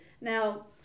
Now